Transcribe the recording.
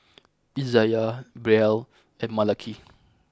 Izaiah Brielle and Malaki